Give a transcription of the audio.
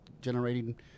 generating